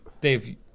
Dave